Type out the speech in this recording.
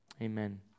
amen